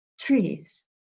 Trees